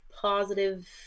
positive